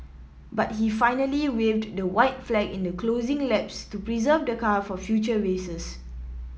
but he finally waved the white flag in the closing laps to preserve the car for future races